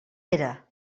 era